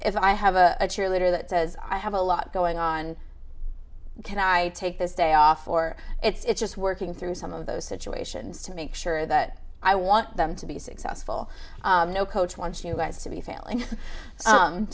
if i have a cheerleader that says i have a lot going on can i take this day off or it's just working through some of those situations to make sure that i want them to be successful no coach wants you guys to be failing